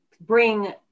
bring